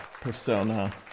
persona